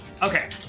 Okay